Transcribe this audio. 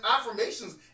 affirmations